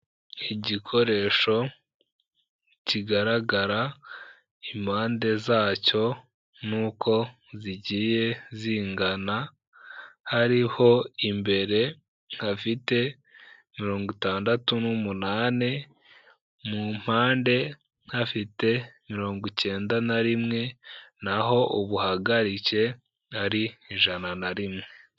Igikoresho kigaragara impande zacyo n'uko zigiye zingana, hariho imbere hafite mirongo itandatu n'umunani, mu mpande hafite mirongo icyenda na rimwe naho ubuhagarike ari ijana na rimwe.